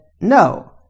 No